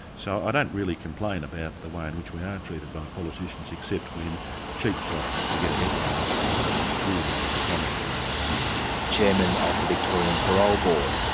so i don't really complain about the way in which we are treated by politicians, except when cheap shots to get a headline are really dishonestly yeah used. chairman of the victorian parole board,